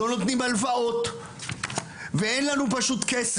אנחנו לא נותנים הלוואות ואין לנו כסף.